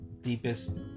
deepest